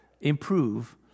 improve